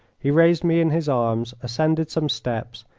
he raised me in his arms, ascended some steps,